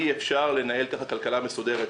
אי אפשר לנהל כך כלכלה מסודרת.